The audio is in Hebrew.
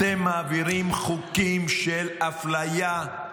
אתם מעבירים חוקים של אפליה,